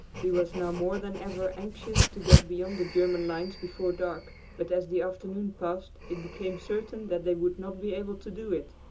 he was now more than ever anxious to get beyond the german lines before dark, but as the afternoon passed it became certain that they would not be able to do it.